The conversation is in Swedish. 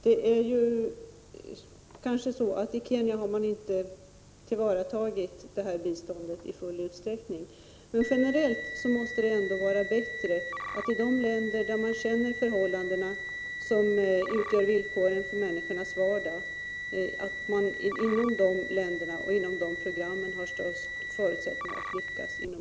Beträffande Kenya är det kanske så att man inte tillvaratagit biståndet i full utsträckning, men generellt måste det vara bättre med bistånd genom landprogrammen för de länder där man känner till vilka förhållanden som utgör villkoren för människornas vardag, vilket ökar förutsättningarna för att man skall lyckas med att lösa problemen inom miljöoch markvården.